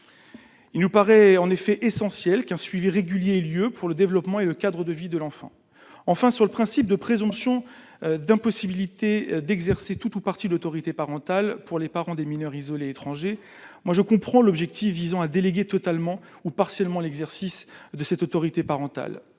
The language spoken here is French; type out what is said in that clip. Il nous paraît en effet essentiel qu'un suivi régulier lieu pour le développement et le Cadre de vie de l'enfant, enfin sur le principe de présomption d'impossibilité d'exercer toute ou partie de l'autorité parentale pour les parents des mineurs isolés étrangers moi je comprends l'objectif visant à déléguer totalement ou partiellement l'exercice de cette autorité parentale,